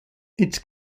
its